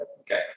Okay